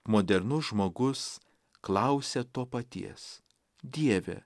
modernus žmogus klausia to paties dieve